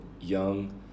young